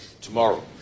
tomorrow